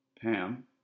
Pam